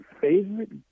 favorite